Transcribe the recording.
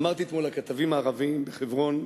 אמרתי אתמול לכתבים הערבים בחברון,